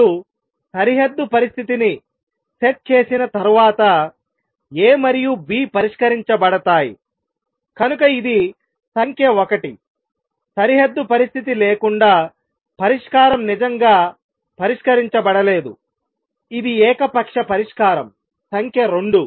మీరు సరిహద్దు పరిస్థితిని సెట్ చేసిన తర్వాత A మరియు B పరిష్కరించబడతాయి కనుక ఇది సంఖ్య 1సరిహద్దు పరిస్థితి లేకుండా పరిష్కారం నిజంగా పరిష్కరించబడలేదు ఇది ఏకపక్ష పరిష్కారం సంఖ్య 2